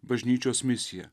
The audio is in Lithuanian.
bažnyčios misiją